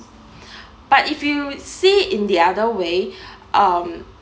but if you see in the other way um